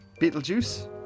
Beetlejuice